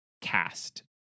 cast